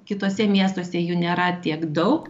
kituose miestuose jų nėra tiek daug